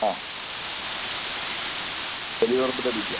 ആ വലിയ പറമ്പിലെ ബിജുവാ